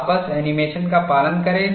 आप बस एनीमेशन का पालन करें